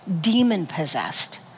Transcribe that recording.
demon-possessed